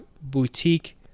Boutique